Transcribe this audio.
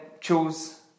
choose